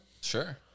Sure